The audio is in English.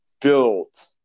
built